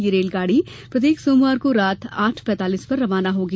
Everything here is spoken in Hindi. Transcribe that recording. ये रेलगाड़ी प्रत्येक सोमवार को रात आठ पेंतालीस पर रवाना होगी